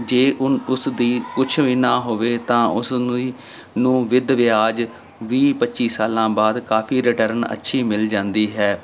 ਜੇ ਉਨ ਉਸ ਦੀ ਕੁਛ ਵੀ ਨਾ ਹੋਵੇ ਤਾਂ ਉਸਨੂੰ ਹੀ ਨੂੰ ਵਿਧ ਵਿਆਜ ਵੀਹ ਪੱਚੀ ਸਾਲਾਂ ਬਾਅਦ ਕਾਫ਼ੀ ਰਿਟਰਨ ਅੱਛੀ ਮਿਲ ਜਾਂਦੀ ਹੈ